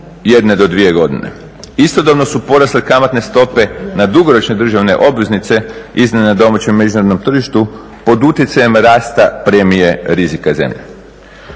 jedne do dvije godine. Istodobno su porasle kamatne stope na dugoročne državne obveznice izdane na domaćem i međunarodnom tržištu pod utjecajem rasta premije rizika zemlje.